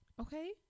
Okay